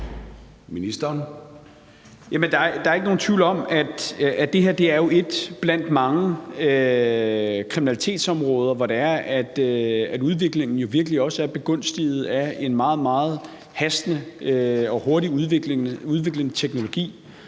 Der er ikke nogen tvivl om, at det her er et blandt mange kriminalitetsområder, hvor det er, at udviklingen jo virkelig også er begunstiget af en meget, meget hastende og hurtig udvikling i teknologi.